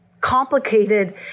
complicated